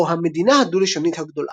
או "המדינה הדו-לשונית הגדולה".